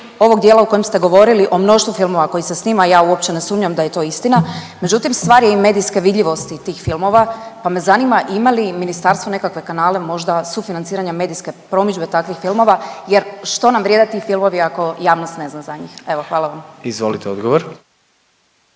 ovog dijela u kojem ste govorili o mnoštvu filmova koji se snima, ja uopće ne sumnjam da je to istina. Međutim stvar je i medijske vidljivosti tih filmova pa me zanima ima li ministarstvo nekakve kanale možda sufinanciranja medijske promidžbe takvih filmova. Jer što nam vrijede ti filmovi ako javnost ne zna za njih. Evo, hvala vam. **Jandroković,